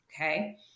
Okay